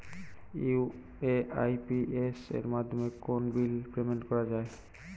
AEPS মাধ্যমে কোন কোন বিল পেমেন্ট করা যায়?